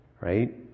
Right